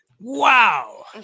Wow